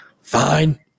Fine